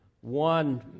one